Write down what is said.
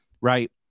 right